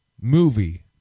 movie